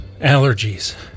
allergies